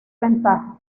ventaja